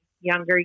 younger